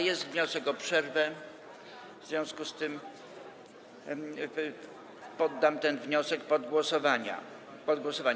Jest wniosek o przerwę, w związku z czym poddam ten wniosek pod głosowanie.